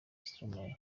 stromae